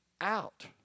out